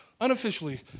Unofficially